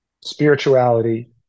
spirituality